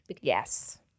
Yes